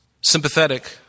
sympathetic